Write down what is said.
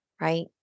right